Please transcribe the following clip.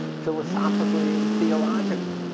philosophically and theologically.